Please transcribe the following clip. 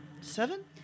seven